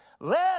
let